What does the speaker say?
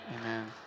Amen